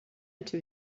into